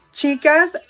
Chicas